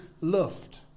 loved